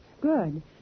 Good